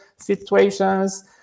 situations